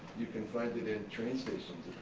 you can find it and train stations,